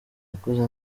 nakuze